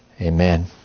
Amen